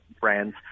brands